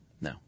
No